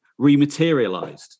rematerialized